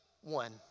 one